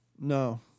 No